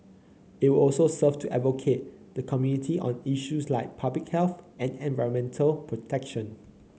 it will also serve to advocate the community on issues like public health and environmental protection